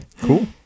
Cool